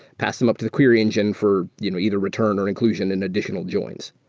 pass them up to the query engine for you know either return or inclusion in additional joins